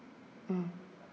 mm